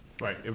right